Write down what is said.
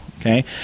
Okay